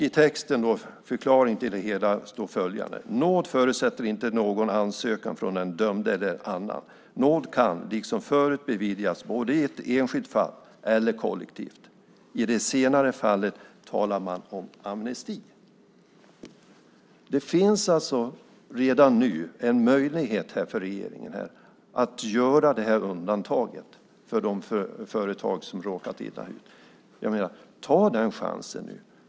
I förklaringen till det hela står följande: Nåd förutsätter inte någon ansökan från den dömde eller annan. Nåd kan liksom förut beviljas både i ett enskilt fall och kollektivt. I det senare fallet talar man om amnesti. Det finns alltså redan nu en möjlighet för regeringen att göra det här undantaget för de företag som råkat illa ut. Ta den chansen nu!